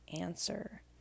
answer